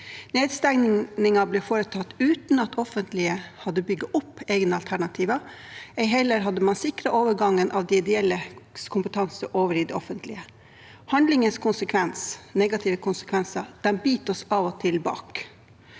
Nedstengningen ble foretatt uten at det offentlige hadde bygget opp egne alternativer, ei heller hadde man sikret overgang av de ideelles kompetanse over i det offentlige. Handlingens negative konsekvenser biter oss av og til bak.